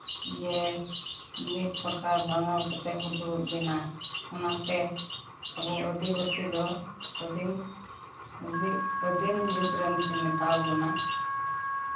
ᱡᱮ ᱵᱤᱨ ᱯᱟᱠᱟᱲ ᱵᱷᱟᱸᱜᱟᱣ ᱠᱟᱛᱮᱫ ᱵᱚᱱ ᱫᱩᱲᱩᱵ ᱞᱮᱱᱟ ᱚᱱᱟᱛᱮ ᱟᱵᱚ ᱟᱹᱫᱤᱵᱟᱹᱥᱤ ᱫᱚ ᱟᱹᱫᱤᱢ ᱟᱹᱫᱤᱢ ᱡᱩᱜᱽ ᱨᱮᱱ ᱠᱚ ᱢᱮᱛᱟᱣ ᱵᱚᱱᱟ